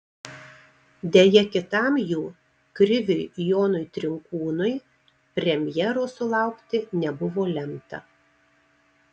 deja kitam jų kriviui jonui trinkūnui premjeros sulaukti nebuvo lemta